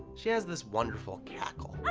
she has this wonderful cackle.